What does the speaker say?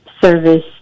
service